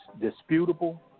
disputable